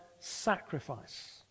sacrifice